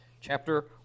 chapter